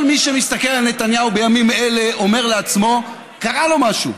כל מי שמסתכל על נתניהו בימים אלה אומר לעצמו: קרה לו משהו.